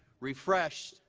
refreshed,